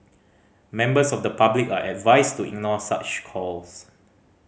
members of the public are advised to ignore such calls